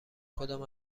کدام